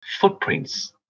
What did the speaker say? footprints